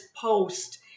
post